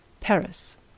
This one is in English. Paris